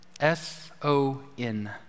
S-O-N